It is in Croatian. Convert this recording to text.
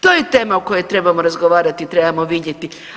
To je tema o kojoj trebamo razgovarati i trebamo vidjeti.